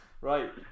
right